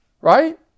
right